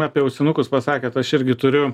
apie ausinukus pasakėt aš irgi turiu